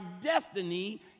destiny